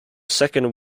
second